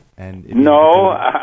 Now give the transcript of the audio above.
No